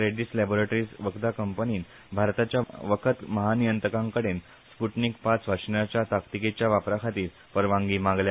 Reddy's laboratories वखदां कंपनीन भारताच्याग वखद महानियंत्रकां कडेन पांच वाशिनाच्या ताकतिकेच्या वापरा खातीर परवानगी मागल्या